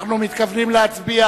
אנחנו מתכוונים להצביע